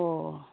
ꯑꯣ